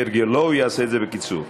כהרגלו, הוא יעשה את זה בקיצור.